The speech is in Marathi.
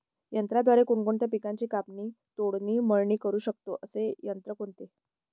यंत्राद्वारे कोणकोणत्या पिकांची कापणी, तोडणी, मळणी करु शकतो, असे यंत्र कोणते?